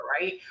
Right